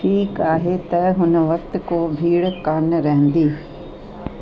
ठीकु आहे त हुन वक़्त को भीड़ कोन रहंदी